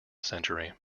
century